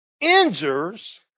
injures